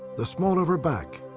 the small of her back,